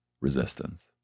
resistance